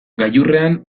gailurrean